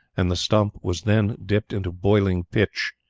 and the stump was then dipped into boiling pitch,